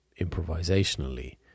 improvisationally